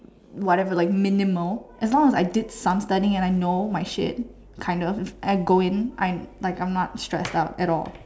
whatever like minimal as long as I did some studying and I know my shit kind of and I go in I'm like I'm not stressed out at all